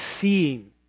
seeing